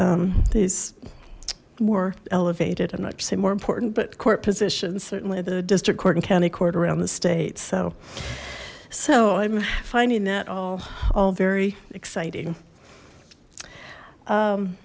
these more elevated and i should say more important but court positions certainly the district court and county court around the state so so i'm finding that all all very exciting